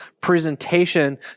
presentation